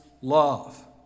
love